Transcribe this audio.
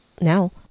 now